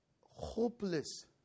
hopeless